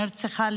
שנרצחה,